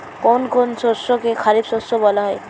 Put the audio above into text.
কোন কোন শস্যকে খারিফ শস্য বলা হয়?